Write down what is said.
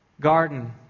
garden